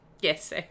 Yes